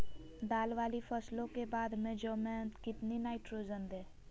दाल वाली फसलों के बाद में जौ में कितनी नाइट्रोजन दें?